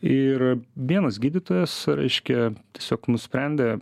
ir vienas gydytojas reiškia tiesiog nusprendė